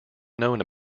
known